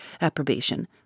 approbation